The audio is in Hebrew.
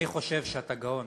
אני חושב שאתה גאון.